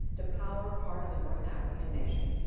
to power part of the north african nation.